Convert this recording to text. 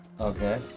okay